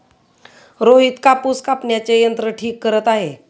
रोहित कापूस कापण्याचे यंत्र ठीक करत आहे